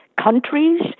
countries